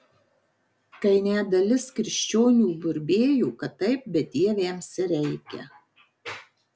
kai net dalis krikščionių burbėjo kad taip bedieviams ir reikia